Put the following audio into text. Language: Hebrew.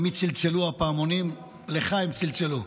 למי צלצלו הפעמונים / לך הם צלצלו".